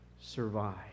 survive